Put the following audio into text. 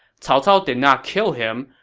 cao cao did not kill him,